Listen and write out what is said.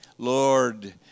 Lord